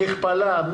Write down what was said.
מכפלה.